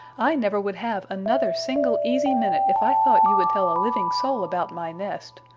i never would have another single easy minute if i thought you would tell a living soul about my nest.